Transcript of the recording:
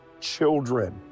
children